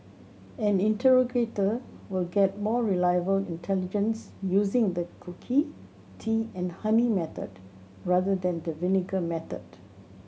an interrogator will get more reliable intelligence using the cookie tea and honey method rather than the vinegar method